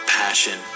passion